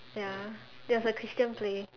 ya there was a Christian play